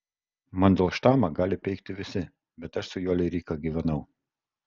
mandelštamą gali peikti visi bet aš su jo lyrika gyvenau